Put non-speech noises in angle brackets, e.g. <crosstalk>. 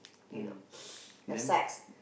you know <noise> have sex